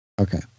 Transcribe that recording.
Okay